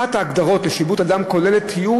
אחת ההגדרות לשיבוט אדם כוללת תיאור